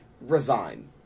resign